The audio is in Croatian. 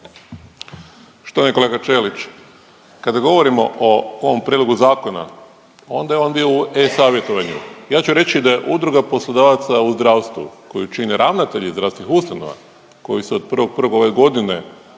Štovani kolega Ćelić, kada govorimo o ovom prijedlogu zakona onda je on bio u e-savjetovanju. Ja ću reći da je Udruga poslodavaca u zdravstvu koju čine ravnatelji zdravstvenih ustanova koji su od 1.1. ove godine